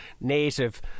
native